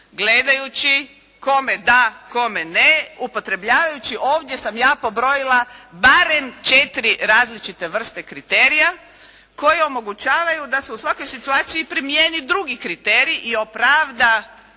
gledajući kome da, kome ne, upotrebljavajući ovdje sam ja pobrojila barem četiri različite vrste kriterija koji omogućavaju da se u svakoj situaciji primijeni drugi kriterij i opravda